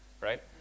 right